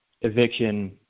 eviction